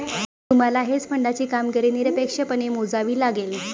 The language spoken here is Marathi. तुम्हाला हेज फंडाची कामगिरी निरपेक्षपणे मोजावी लागेल